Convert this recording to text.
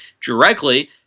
directly